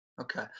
Okay